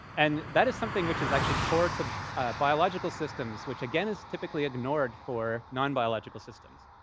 and that is something which is actually core to ah biological systems, which again is typically ignored for non-biological systems.